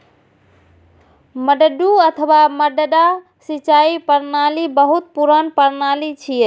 मड्डू अथवा मड्डा सिंचाइ प्रणाली बहुत पुरान प्रणाली छियै